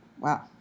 Wow